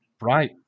Right